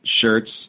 shirts